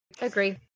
agree